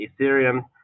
Ethereum